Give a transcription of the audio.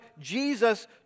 Jesus